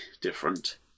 different